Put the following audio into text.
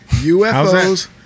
UFOs